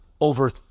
over